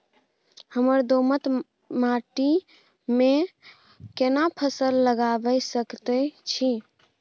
हम दोमट माटी में कोन फसल लगाबै सकेत छी?